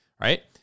right